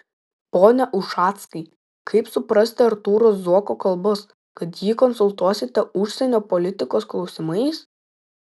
pone ušackai kaip suprasti artūro zuoko kalbas kad jį konsultuosite užsienio politikos klausimais